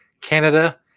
canada